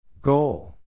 Goal